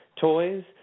toys